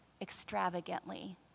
extravagantly